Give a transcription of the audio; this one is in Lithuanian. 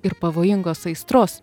ir pavojingos aistros